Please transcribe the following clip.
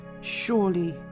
Surely